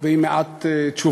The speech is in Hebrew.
ועם מעט תשובות.